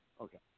Okay